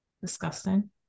Disgusting